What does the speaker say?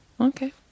Okay